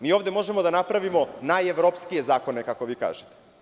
Mi ovde možemo da napravimo najevropskije zakone, kako vi kažete.